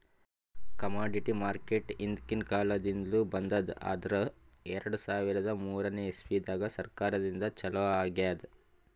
commodity market ಹಿಂದ್ಕಿನ್ ಕಾಲದಿಂದ್ಲು ಬಂದದ್ ಆದ್ರ್ ಎರಡ ಸಾವಿರದ್ ಮೂರನೇ ಇಸ್ವಿದಾಗ್ ಸರ್ಕಾರದಿಂದ ಛಲೋ ಆಗ್ಯಾದ್